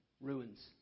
Ruins